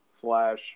slash